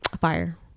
Fire